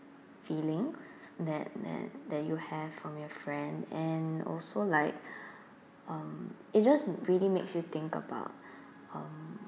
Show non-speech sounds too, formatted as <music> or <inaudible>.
feelings that that you have from your friend and also like <breath> um it just really makes you think about <breath> um